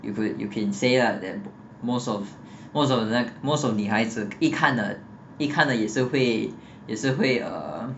you can say lah that most of most of them most of 女孩子一看了一看了也是会也是 uh